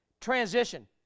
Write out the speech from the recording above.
transition